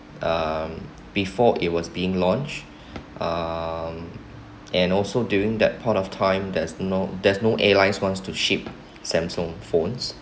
um before it was being launched um and also during that point of time there's no there's no airlines wanted to ship Samsung phones